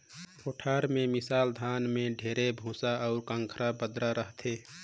कोठार के मिसल धान में ढेरे भूसा अउ खंखरा बदरा रहथे